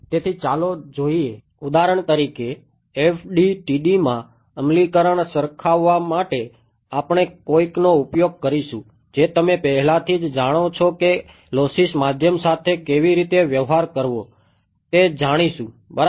તેથી ચાલો જોઈએ ઉદાહરણ તરીકે FDTD માં અમલીકરણ સરખાવવા માટે આપણે કંઈકનો ઉપયોગ કરીશું જે તમે પહેલાથી જ જાણો છો કે લોસ્સી માધ્યમ સાથે કેવી રીતે વ્યવહાર કરવો તે જાણીશુ બરાબર